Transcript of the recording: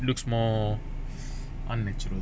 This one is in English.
it looks more unnatural